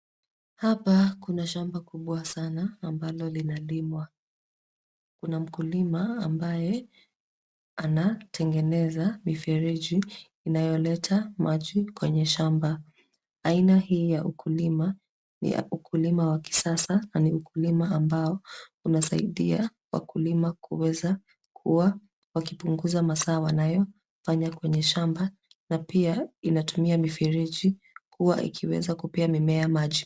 Hapa kuna shamba kubwa sana ambalo linalimwa. Kuna mkulima ambaye anatengeneza mifereji inayoleta maji kwenye shamba. Aina hii ya ukulima ni ya ukulima wa kisasa na ni ukulima ambao unasaidia wakulima kuweza kuwa wakipunguza masaa wanayofanya kwenye shamba na pia inatumia mifereji kuwa ikiweza kupea mimea maji.